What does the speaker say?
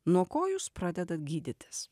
nuo ko jūs pradedat gydytis